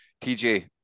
TJ